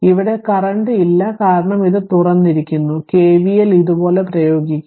ഇവിടെ കറന്റ് ഇല്ല കാരണം ഇത് തുറന്നിരിക്കുന്നു KVL ഇതുപോലെ പ്രയോഗിക്കുക